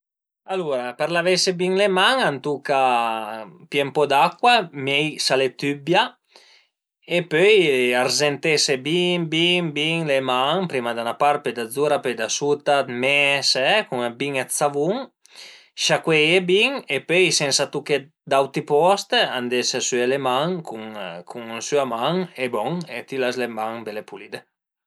Alura për lavese bin le man a tuca pìé ën po d'acua, mei s'al e tëbbia e pöi arzentese bin bin bin le man, prima da 'na part, pöi da zura, pöi da suta, ën mes cun bin dë savun, sciacueie bin e pöi sensa tuché d'auti post andese süé le man cun ün süaman e bon e ti las le man bele pulide